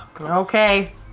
Okay